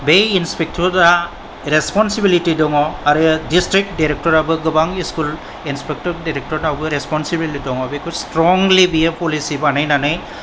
बै इंस्पेक्टरा रेस्पनसिबिलिटि दङ आरो डिस्ट्रिक्ट डिरेक्टराबो गोबां स्कूल इंस्पेक्टर डिरेक्टरनावबो रेस्पनसिबोलिटि दङ बेखौ बियो स्ट्रंलि पलिसि बानायनानै